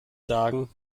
sagen